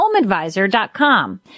HomeAdvisor.com